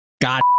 God